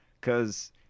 cause